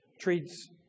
treats